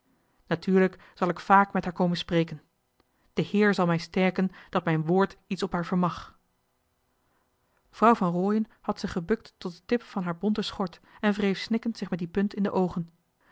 natuurlijk zal ik vaak met haar komen spreken de heer zal mij sterken dat mijn woord iets op haar vermag vrouw van rooien had zich gebukt tot den tip van haar bonte schort en wreef snikkend zich met die punt in de oogen